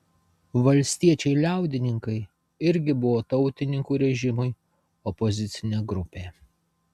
valstiečiai liaudininkai irgi buvo tautininkų režimui opozicinė grupė